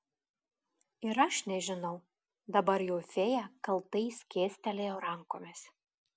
ir aš nežinau dabar jau fėja kaltai skėstelėjo rankomis